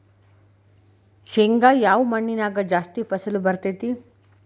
ಶೇಂಗಾ ಯಾವ ಮಣ್ಣಿನ್ಯಾಗ ಜಾಸ್ತಿ ಫಸಲು ಬರತೈತ್ರಿ?